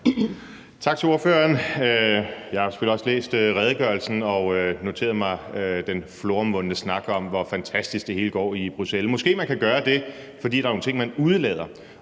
Tak til ordføreren. Jeg har selvfølgelig også læst redegørelsen og noteret mig den floromvundne snak om, hvor fantastisk det hele går i Bruxelles. Måske man kan gøre det, fordi der er nogle ting, man udelader,